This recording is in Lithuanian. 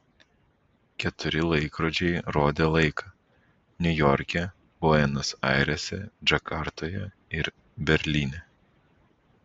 keturi laikrodžiai rodė laiką niujorke buenos airėse džakartoje ir berlyne